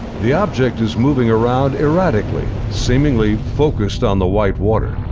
the object is moving around erratically, seemingly focused on the white water.